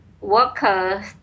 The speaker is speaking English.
workers